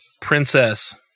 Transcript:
Princess